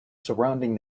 surrounding